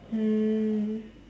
mm